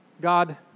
God